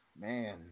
Man